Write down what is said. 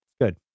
Good